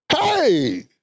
hey